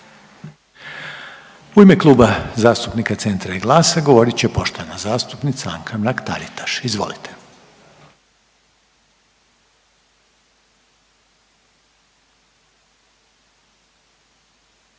U ime zastupnika Centra i GLAS-a govorit će poštovana zastupnica Anka Mrak-Taritaš, izvolite.